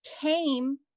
came